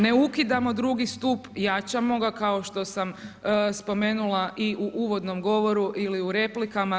Ne ukidamo drugi stup, jačamo ga, kao što sam spomenula i u uvodnom govoru ili u replikama.